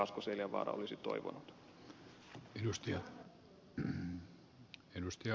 asko seljavaara olisi toivonut